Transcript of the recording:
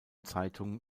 zeitung